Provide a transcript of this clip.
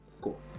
Cool